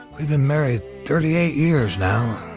we've been married thirty eight years now,